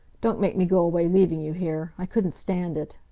don't make me go away leaving you here. i couldn't stand it.